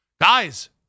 guys